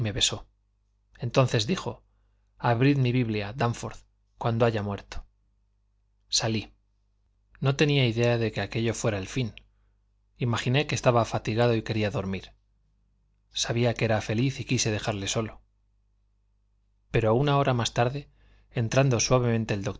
besó entonces dijo abrid mi biblia dánforth cuando haya muerto salí no tenía idea de que aquello fuera el fin imaginé que estaba fatigado y quería dormir sabía que era feliz y quise dejarle solo pero una hora más tarde entrando suavemente el